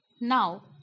Now